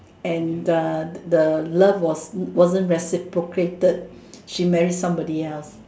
and the the the love was wasn't reciprocated she married somebody else